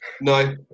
No